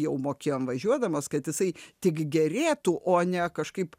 jau mokėjom važiuodamos kad jisai tik gerėtų o ne kažkaip